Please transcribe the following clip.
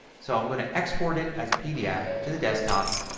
so i'm going to export it as a pdf to the desktop.